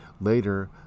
Later